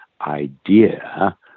idea